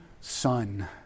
son